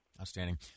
outstanding